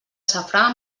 safrà